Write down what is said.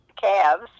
calves